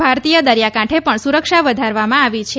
ભારતીય દરિયાકાંઠે પણ સુરક્ષા વધારવામાં આવી છે